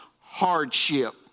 Hardship